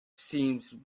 seems